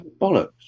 bollocks